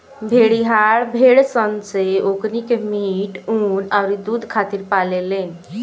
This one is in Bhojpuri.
भेड़िहार भेड़ सन से ओकनी के मीट, ऊँन अउरी दुध खातिर पाले लेन